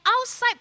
outside